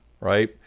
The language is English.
right